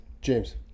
James